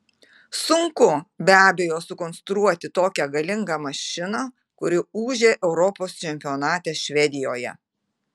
sunku be abejo sukonstruoti tokią galingą mašiną kuri ūžė europos čempionate švedijoje